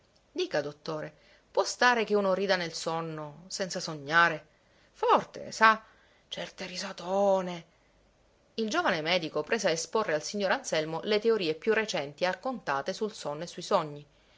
dica dottore può stare che uno rida nel sonno senza sognare forte sa certe risatooòne il giovane medico prese a esporre al signor anselmo le teorie più recenti e accontate sul sonno e sui sogni